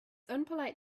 unpolite